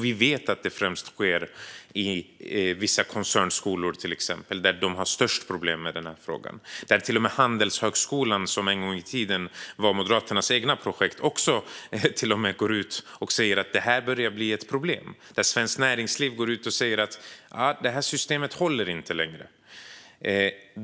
Vi vet att det sker i vissa koncernskolor, där man har störst problem i den här frågan. Till och med Handelshögskolan - som en gång i tiden var Moderaternas eget projekt - går ut och säger att det här börjar bli ett problem. Svenskt Näringsliv går ut och säger att systemet inte håller längre.